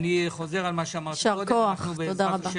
יישר כוח, תודה רבה.